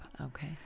okay